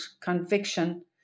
conviction